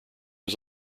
his